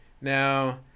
Now